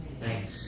Thanks